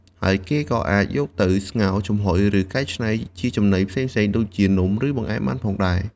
ហើយគេក៏អាចយកទៅ ស្ងោរ ចំហុយ ឬកែច្នៃជាចំណីផ្សេងៗ ដូចជានំ ឬបង្អែមបានផងដែរ។